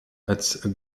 als